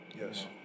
Yes